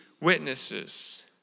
witnesses